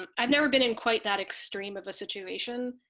um i've never been in quite that extreme of a situation,